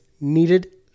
needed